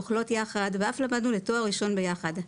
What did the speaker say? אוכלות ביחד ואף למדנו לתואר ראשון ביחד.